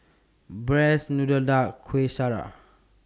Braised Noodle Duck Kueh Syara